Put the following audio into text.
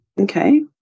Okay